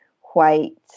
white